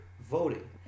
voting